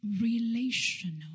relational